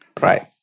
right